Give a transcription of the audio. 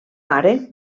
pare